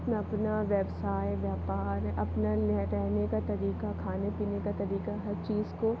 अपना अपना व्यवसाय व्यापार अपना रहने का तरीका खाने पीने का तरीका हर चीज़ को